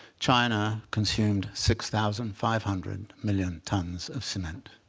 china consumed six thousand five hundred million tons of cement.